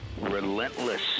Relentless